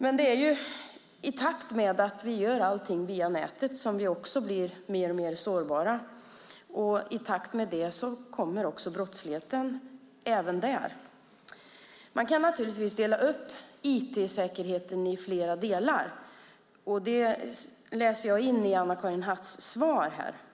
Men i takt med att vi gör alltmer via nätet blir vi mer och mer sårbara, och brottsligheten kommer även där. Man kan dela upp IT-säkerhet i flera delar, vilket jag läser in i Anna-Karin Hatts svar.